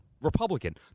Republican